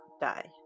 die